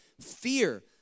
fear